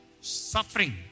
Suffering